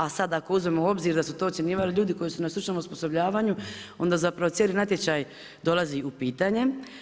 A sada ako uzmemo u obzir da su to ocjenjivali ljudi koji su na stručnom osposobljavanju onda zapravo cijeli natječaj dolazi u pitanje.